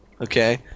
Okay